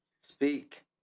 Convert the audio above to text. Speak